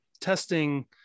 testing